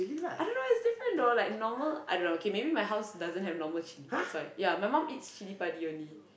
I don't know it's different though like normal I don't know okay maybe my house doesn't have normal chilli that's why ya my mum eats chilli-padi only